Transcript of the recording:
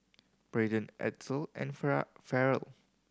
Braydon Edsel and Farrell